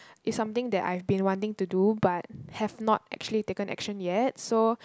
it's something I've been wanting to do but have not actually taken action yet so